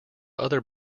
other